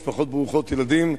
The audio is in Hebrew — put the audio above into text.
משפחות ברוכות ילדים.